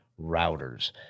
routers